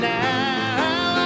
now